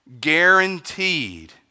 guaranteed